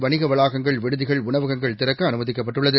வணிகவளாகங்கள் விடுதிகள் உணவகங்கள்திறக்கஅனுமதிக்கப்பட்டுள்ளது